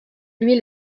lui